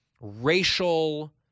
racial